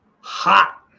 hot